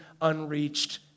unreached